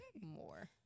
more